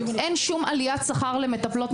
אין שום עליית שכר למטפלות,